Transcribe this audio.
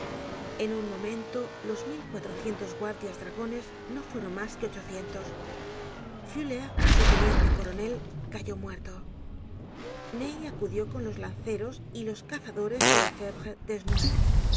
en un momento los mil cuatrocientos guardias dragones no fueron mas que ochocientos fuller su teniente coronel cayó muerto ney acudió con los lanceros y los cazadores de